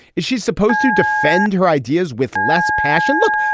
is she supposed to defend her ideas with less passion? look,